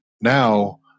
now